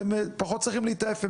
אתם פחות צריכים להתעייף.